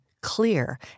clear